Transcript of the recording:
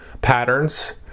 patterns